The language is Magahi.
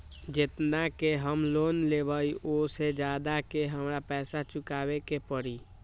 जेतना के हम लोन लेबई ओ से ज्यादा के हमरा पैसा चुकाबे के परी?